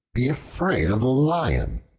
be afraid of the lion?